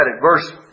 verse